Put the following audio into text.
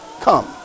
Come